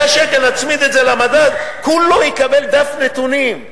100 שקל, נצמיד את זה למדד, כולו יקבל דף נתונים,